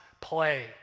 play